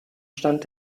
stand